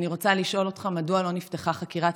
אני רוצה לשאול אותך מדוע לא נפתחה חקירת